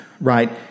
right